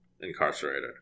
incarcerated